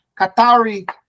Qatari